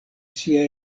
sia